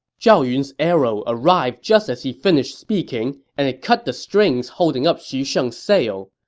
zhao yun's arrow arrived just as he finished speaking, and it cut the strings holding up xu sheng's sail.